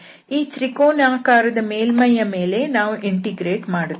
ಈ ತ್ರಿಕೋನಾಕಾರದ ಮೇಲ್ಮೈ ಯ ಮೇಲೆ ನಾವು ಇಂಟಿಗ್ರೇಟ್ ಮಾಡುತ್ತೇವೆ